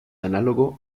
análogo